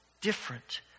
different